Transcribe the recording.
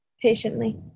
Patiently